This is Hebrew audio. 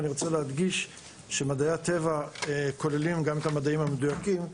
אני רוצה להדגיש שמדעי הטבע כוללים גם את המדעים המדויקים,